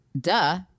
Duh